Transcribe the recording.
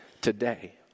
today